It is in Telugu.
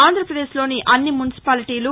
ఆంధ్రప్రదేశ్లోని అన్ని మునిసిపాలిటీలు